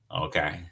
Okay